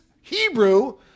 Hebrew